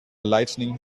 lightening